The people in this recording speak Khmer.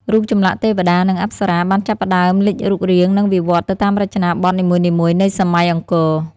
រូបចម្លាក់ទេវតា និងអប្សរា បានចាប់ផ្តើមលេចរូបរាង និងវិវត្តទៅតាមរចនាបថនីមួយៗនៃសម័យអង្គរ។